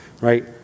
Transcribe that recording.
Right